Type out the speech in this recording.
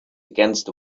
against